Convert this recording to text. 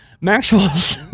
Maxwell's